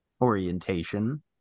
orientation